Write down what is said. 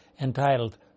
entitled